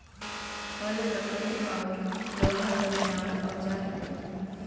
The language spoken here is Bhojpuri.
हल लकड़ी औरु लोहा क बनावल औजार होला